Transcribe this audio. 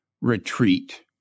retreat